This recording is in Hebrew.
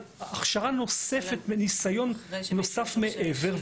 על הכשרה נוספת וניסיון נוסף מעבר.